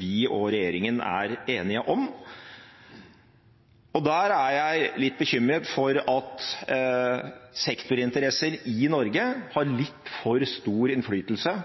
vi og regjeringen er enige om. Der er jeg litt bekymret for at sektorinteresser i Norge har litt for stor innflytelse